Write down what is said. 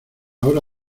hora